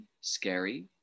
scary